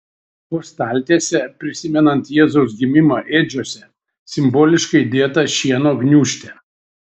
po staltiese prisimenant jėzaus gimimą ėdžiose simboliškai dėta šieno gniūžtė